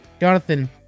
Jonathan